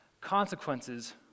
consequences